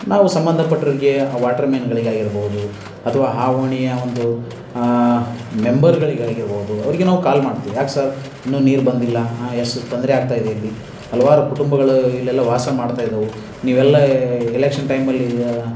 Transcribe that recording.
ನಾವು ಸಂಬಂಧಪಟ್ಟೋರ್ಗೆ ಆ ವಾಟ್ರುಮೆನ್ಗಳಿಗಾಗಿರ್ಬೋದು ಅಥವಾ ಆ ಓಣಿಯ ಒಂದು ಮೆಂಬರ್ಗಳಿಗೆ ಆಗಿರ್ಬೋದು ಅವರಿಗೆ ನಾವು ಕಾಲ್ ಮಾಡ್ತೀವಿ ಯಾಕೆ ಸರ್ ಇನ್ನೂ ನೀರು ಬಂದಿಲ್ಲ ಆಂ ಎಷ್ಟು ತೊಂದರೆ ಆಗ್ತಾಯಿದೆ ಇಲ್ಲಿ ಹಲವಾರು ಕುಟುಂಬಗಳು ಇಲ್ಲೆಲ್ಲ ವಾಸ ಮಾಡ್ತಾಯಿದಾವೆ ನೀವೆಲ್ಲ ಎಲೆಕ್ಷನ್ ಟೈಮಲ್ಲಿ